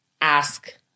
ask